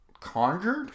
conjured